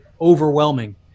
overwhelming